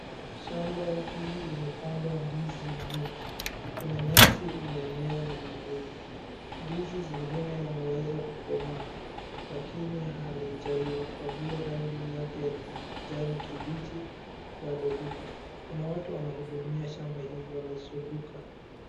Shamba hii imepandwa ndizi mingi, kuna nyasi imemea na magugu, ndizi zingine yameweza kukomaa, lakini halijaiva kwa vile rangi yake ya kijani kibichi bado iko. Kuna watu wanahudumia shamba hili bado wanazunguka.